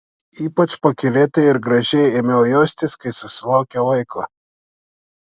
ypač pakylėtai ir gražiai ėmiau jaustis kai susilaukiau vaiko